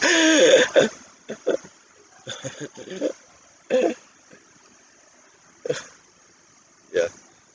uh ya